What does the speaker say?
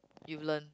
you've learn